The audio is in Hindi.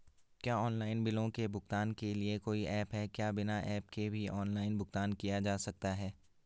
क्या ऑनलाइन बिलों के भुगतान के लिए कोई ऐप है क्या बिना ऐप के भी ऑनलाइन भुगतान किया जा सकता है?